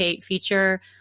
feature